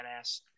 badass